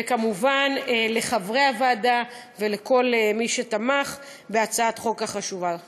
וכמובן לחברי הוועדה ולכל מי שתמך בהצעת החוק החשובה הזו.